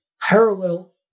parallel